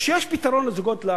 שיש פתרון דיור לזוגות,